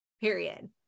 Period